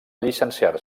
llicenciar